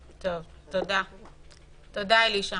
תודה, אלישע.